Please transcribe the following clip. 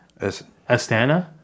Astana